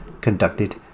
conducted